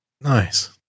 Nice